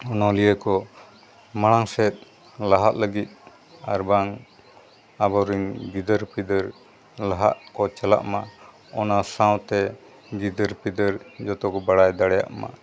ᱚᱱᱚᱞᱤᱭᱟᱹ ᱠᱚ ᱢᱟᱲᱟᱝ ᱥᱮᱫ ᱞᱟᱦᱟᱜ ᱞᱟᱹᱜᱤᱫ ᱟᱨ ᱵᱟᱝ ᱟᱵᱚᱨᱤᱱ ᱜᱤᱫᱟᱹᱨ ᱯᱤᱫᱟᱹᱨ ᱞᱟᱦᱟᱜ ᱠᱚ ᱪᱟᱞᱟᱜ ᱢᱟ ᱚᱱᱟ ᱥᱟᱶᱛᱮ ᱜᱤᱫᱟᱹᱨᱼᱯᱤᱫᱟᱹᱨ ᱡᱚᱛᱚ ᱠᱚ ᱵᱟᱲᱟᱭ ᱫᱟᱲᱮᱭᱟᱜ ᱢᱟ